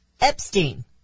Epstein